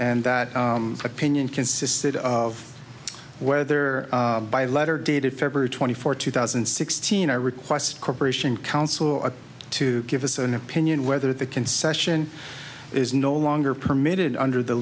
and that opinion consisted of whether by letter dated february twenty fourth two thousand and sixteen our request corporation counsel to give us an opinion whether the concession is no longer permitted under the